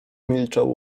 milczał